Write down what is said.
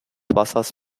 wassers